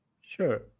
Sure